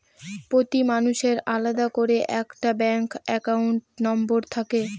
প্রতি মানুষের আলাদা করে একটা ব্যাঙ্ক একাউন্ট নম্বর থাকে